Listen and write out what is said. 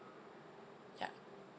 ya